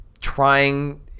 trying